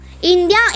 India